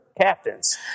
captains